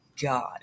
God